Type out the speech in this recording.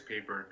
paper